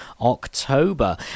October